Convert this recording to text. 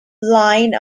line